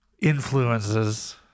influences